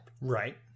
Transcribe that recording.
Right